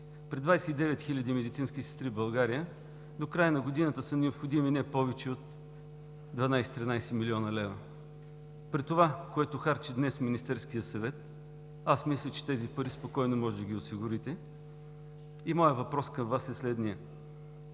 При 29 хиляди медицински сестри в България до края на годината са необходими не повече от 12 – 13 милиона лева. При това, което харчи днес Министерският съвет, аз мисля, че тези пари спокойно можете да ги осигурите. Моят въпрос към Вас е следният: